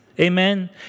Amen